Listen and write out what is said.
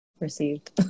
Received